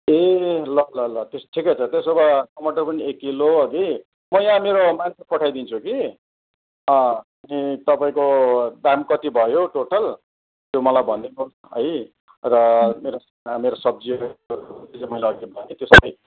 ए ल ल ल त्यस ठिक्कै छ त्यसो भए टमाटर पनि एक किलो हगि म यहाँ मेरो मान्छे पठाइ दिन्छु कि अनि तपाईँको दाम कति भयो टोटल त्यो मलाई भनिदिनुहोस् है र मेरो मेरो सब्जीहरू मैलै अगि भने त्यो सबै